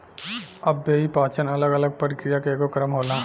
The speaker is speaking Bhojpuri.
अव्ययीय पाचन अलग अलग प्रक्रिया के एगो क्रम होला